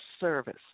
service